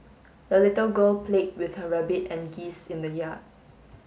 the little girl played with her rabbit and geese in the yard